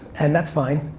and that's fine.